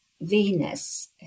Venus